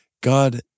God